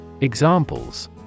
Examples